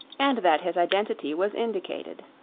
and that his identity was indicated.